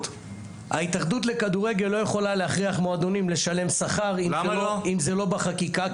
ההתאחדות לכדורגל לא יכולה להכריח מועדונים לשלם שכר אם זה לא בחקיקה.